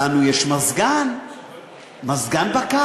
לנו יש מזגן בקיץ.